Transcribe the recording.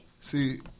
See